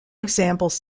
examples